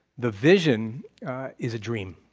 the vision is a dream.